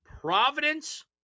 Providence